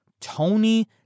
Tony